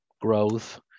growth